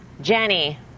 Jenny